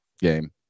game